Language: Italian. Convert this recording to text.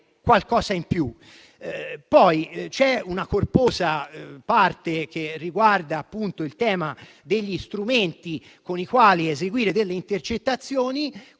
qualcosa in più.